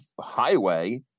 highway